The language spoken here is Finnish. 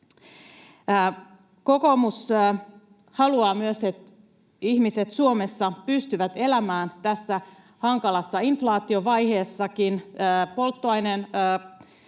Kokoomus haluaa myös, että ihmiset Suomessa pystyvät elämään tässä hankalassa inflaatiovaiheessakin. Polttoainekulut